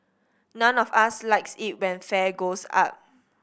none of us likes it when fare goes up